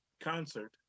concert